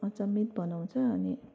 अचम्मित बनाउँछ अनि